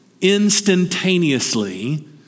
instantaneously